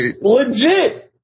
Legit